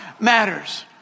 matters